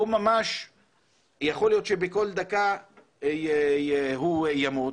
יכול להיות שבכל דקה הוא ימות,